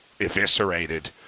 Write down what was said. eviscerated